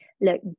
look